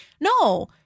No